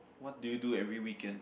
what do you do every weekend